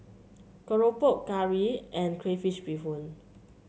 keropok curry and Crayfish Beehoon